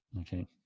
Okay